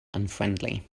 unfriendly